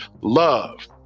love